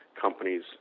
companies